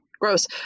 gross